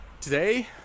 today